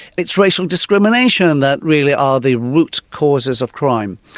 it's racial discrimination that really are the root causes of crime.